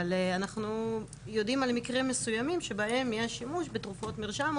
אבל אנחנו יודעים על מקרים מסוימים שבהם יש שימוש בתרופות מרשם,